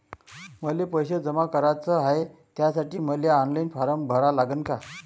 मले पैसे जमा कराच हाय, त्यासाठी मले ऑनलाईन फारम भरा लागन का?